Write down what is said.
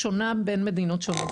שונה בין מדינות שונות.